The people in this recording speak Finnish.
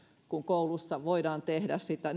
kuin koulussa voidaan tehdä sitä